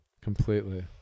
Completely